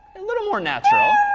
a little more natural,